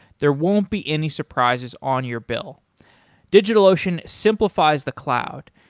there won't be any surprises on your bill digitalocean simplifies the cloud.